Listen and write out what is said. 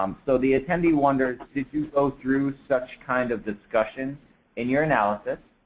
um so the attendee wonders did you go through such kind of discussion in your analysis?